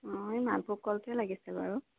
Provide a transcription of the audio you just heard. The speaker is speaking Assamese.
অঁ এই মালভোগ কলটোৱেই লাগিছিল আৰু